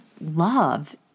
love